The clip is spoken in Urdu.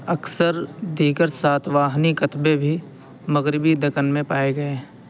اکثر دیگر ساتواہنی کتبے بھی مغربی دکن میں پائے گئے ہیں